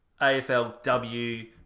AFLW